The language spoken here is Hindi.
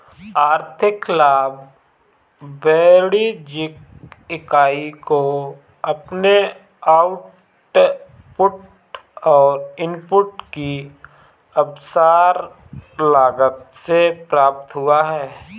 आर्थिक लाभ वाणिज्यिक इकाई को अपने आउटपुट और इनपुट की अवसर लागत से प्राप्त हुआ है